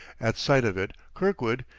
at sight of it kirkwood,